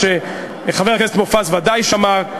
חבר הכנסת מופז בוודאי שמע,